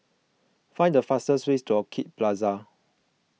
find the fastest way to Orchid Plaza